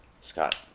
Scott